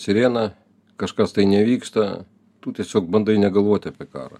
sirena kažkas tai nevyksta tu tiesiog bandai negalvoti apie karą